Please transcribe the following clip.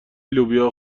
لوبیا